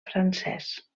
francès